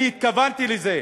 אני התכוונתי לזה.